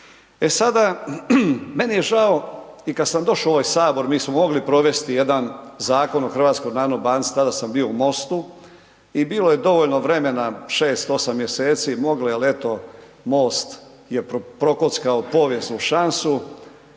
E sada, meni je žao i kad sam došao u ovaj sabor mi smo mogli provesti jedan zakon o HNB-u, tada sam bio u MOST-u i bilo je dovoljno vremena 6-8 mjeseci, moglo je al eto MOST je prokockao povijesnu šansu,